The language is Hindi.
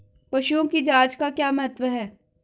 पशुओं की जांच का क्या महत्व है?